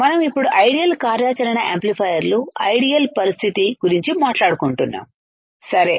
మనం ఇప్పుడు ఐడియల్ కార్యాచరణ యాంప్లిఫైయర్లు ఐడియల్ పరిస్థితి గురించి మాట్లాడుకుంటున్నాము సరే